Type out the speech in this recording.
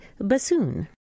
bassoon